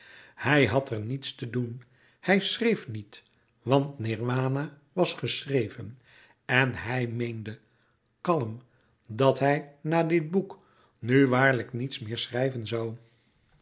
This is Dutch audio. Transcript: hij had er niets te doen hij schreef niet want nirwana was geschreven en hij meende kalm dat hij na dit boek nu waarlijk niets meer schrijven zoû